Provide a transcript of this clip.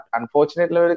Unfortunately